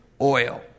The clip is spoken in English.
oil